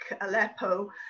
Aleppo